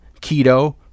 keto